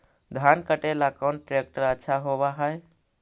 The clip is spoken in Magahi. धान कटे ला कौन ट्रैक्टर अच्छा होबा है?